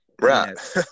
Right